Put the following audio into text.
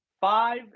five